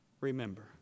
remember